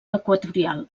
equatorial